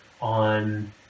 on